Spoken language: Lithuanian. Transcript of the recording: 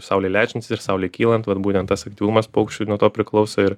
saulei leidžiantis ir saulei kylant vat būtent tas aktyvumas paukščių ir nuo to priklauso ir